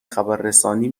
خبررسانی